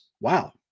wow